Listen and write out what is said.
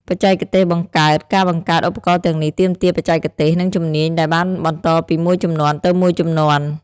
បច្ចេកទេសបង្កើត ការបង្កើតឧបករណ៍ទាំងនេះទាមទារបច្ចេកទេស និងជំនាញដែលបានបន្តពីមួយជំនាន់ទៅមួយជំនាន់។